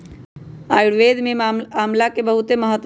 आयुर्वेद में आमला के बहुत महत्व हई